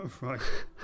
right